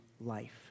life